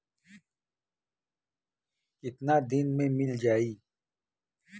कितना दिन में मील जाई?